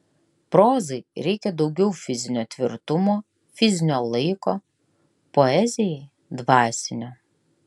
prozai reikia daugiau fizinio tvirtumo fizinio laiko poezijai dvasinio